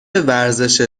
ورزش